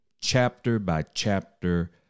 chapter-by-chapter